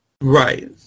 Right